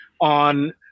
on